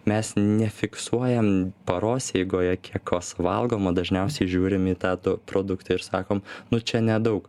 mes nefiksuojam paros eigoje kiek ko suvalgom o dažniausiai žiūrimį tą to produktą ir sakom nu čia nedaug